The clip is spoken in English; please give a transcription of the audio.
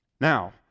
Now